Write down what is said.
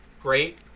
great